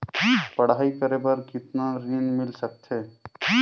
पढ़ाई करे बार कितन ऋण मिल सकथे?